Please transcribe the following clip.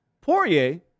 Poirier